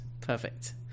Perfect